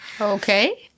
Okay